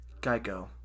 Geico